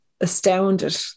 astounded